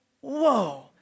Whoa